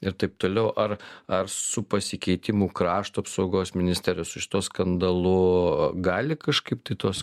ir taip toliau ar ar su pasikeitimu krašto apsaugos ministerijos su šituo skandalu gali kažkaip tai tos